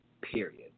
period